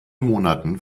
monaten